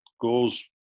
goes